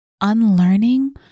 unlearning